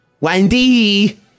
Wendy